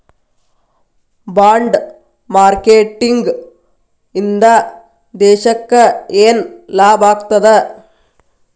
Bond marketing ಇಂದಾ ದೇಶಕ್ಕ ಯೆನ್ ಲಾಭಾಗ್ತದ?